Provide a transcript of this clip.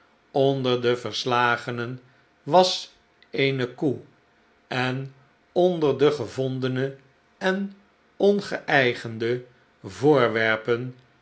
onder de verslagenen was eene koe en onder de gevondene en ongeeigende voorwerpen